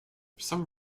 some